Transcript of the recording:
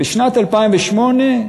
בשנת 2008,